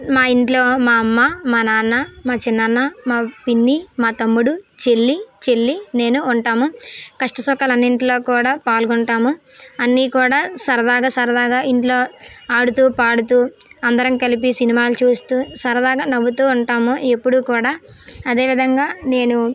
మా ఇంట్లో మా అమ్మ మా నాన్న మా చిన్నాన్న మా పిన్ని మా తమ్ముడు చెల్లి చెల్లి నేను ఉంటాము కష్ట సుఖాలు అన్నింటిలో కూడా పాల్గొంటాము అన్ని కూడా సరదాగా సరదాగా ఇంట్లో ఆడుతూ పాడుతూ అందరం కలిపి సినిమాలు చూస్తూ సరదాగా నవ్వుతూ ఉంటాము ఎప్పుడు కూడా అదే విధంగా నేను